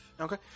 Okay